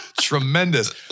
tremendous